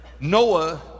Noah